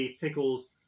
Pickles